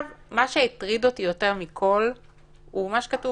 מה שהטריד אותי יותר מכל הוא מה שכתוב